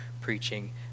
preaching